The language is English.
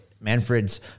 Manfred's